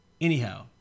Anyhow